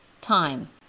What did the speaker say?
time